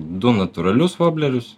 du natūralius voblerius